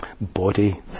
body